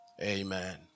amen